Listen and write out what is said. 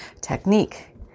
technique